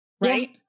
right